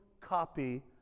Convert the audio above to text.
copy